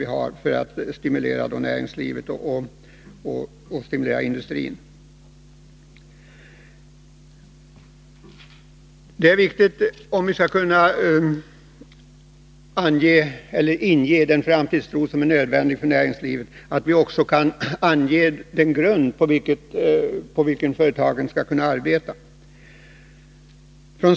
Därigenom skulle näringslivet kunna stödjas och stimuleras. Om vi skall kunna skapa den framtidstro som är nödvändig inom näringslivet, är det viktigt att vi kan ange på vilka villkor företagen har att arbeta.